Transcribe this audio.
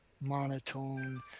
monotone